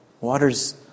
Water's